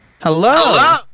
Hello